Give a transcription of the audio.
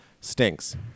stinks